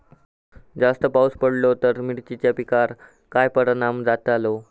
जास्त पाऊस पडलो तर मिरचीच्या पिकार काय परणाम जतालो?